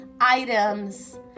items